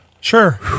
Sure